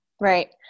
Right